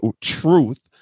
truth